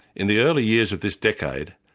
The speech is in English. in the early years of this decade,